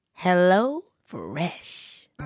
HelloFresh